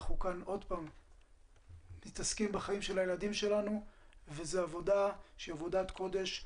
אנחנו עוסקים כאן בחיים של הילדים שלנו וזו עבודה שהיא עבודת קודש.